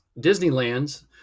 Disneyland's